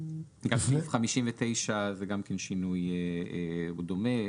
גם תיקון סעיף 59 זה שינוי דומה: